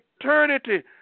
eternity